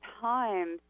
times